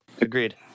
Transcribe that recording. agreed